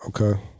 Okay